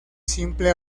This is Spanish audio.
simple